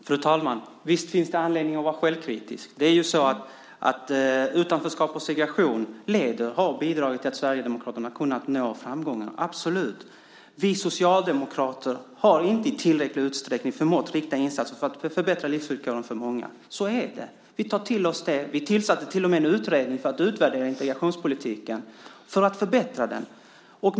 Fru talman! Visst finns det anledning att vara självkritisk. Utanförskap och segregation har bidragit till att Sverigedemokraterna har kunnat nå framgångar. Absolut. Vi socialdemokrater har inte i tillräcklig utsträckning förmått rikta insatser för att förbättra livsvillkoren för många. Så är det. Vi tar till oss det. Vi tillsatte till och med en utredning för att utvärdera integrationspolitiken för att förbättra den.